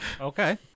Okay